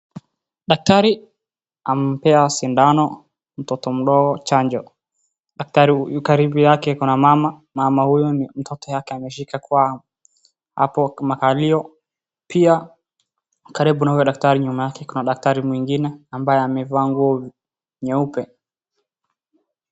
Daktari amempea sindano mtoto mdogo chanjo. Daktari yu karibu yake kuna mama. Mama huyo mtoto yake ameshika kwa hapo makalio. Pia karibu na huyo dakari nyuma yake kuna daktari mwingine ambaye amevaa nguo nyeupe.